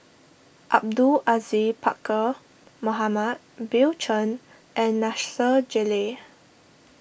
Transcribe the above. Abdul Aziz Pakkeer Mohamed Bill Chen and Nasir Jalil